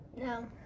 No